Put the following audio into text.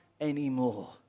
anymore